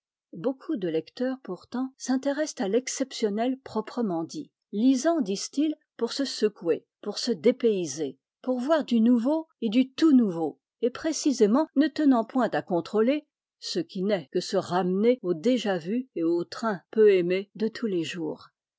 beaucoup de lecteurs pourtant s'intéressent à l'exceptionnel proprement dit lisant disent-ils pour se secouer pour se dépayser pour voir du nouveau et du tout nouveau et précisément ne tenant point à contrôler ce qui n'est que se ramener au déjà vu et au train peu aimé de tous les jours